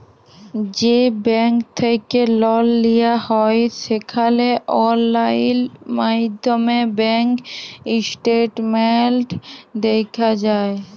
যে ব্যাংক থ্যাইকে লল লিয়া হ্যয় সেখালে অললাইল মাইধ্যমে ব্যাংক ইস্টেটমেল্ট দ্যাখা যায়